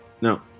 No